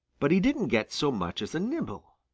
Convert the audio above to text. but he didn't get so much as a nibble.